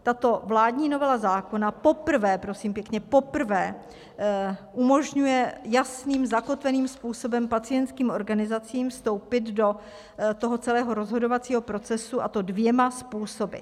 Tato vládní novela zákona poprvé, prosím pěkně, poprvé umožňuje jasným, zakotveným způsobem pacientským organizacím vstoupit do celého rozhodovacího procesu, a to dvěma způsoby.